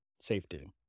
safety